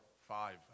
five